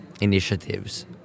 initiatives